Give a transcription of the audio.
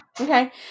Okay